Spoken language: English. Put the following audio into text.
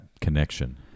connection